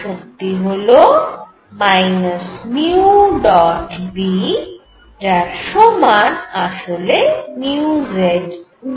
শক্তি হল B যার সমান আসলে zB